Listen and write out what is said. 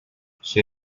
she